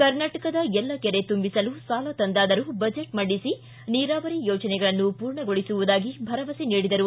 ಕರ್ನಾಟಕದ ಎಲ್ಲ ಕೆರೆ ತುಂಬಿಸಲು ಸಾಲ ತಂದಾದರೂ ಬಜೆಟ್ ಮಂಡಿಸಿ ನೀರಾವರಿ ಯೋಜನೆಗಳನ್ನು ಪೂರ್ಣಗೊಳಿಸುವುದಾಗಿ ಭರವಸೆ ನೀಡಿದರು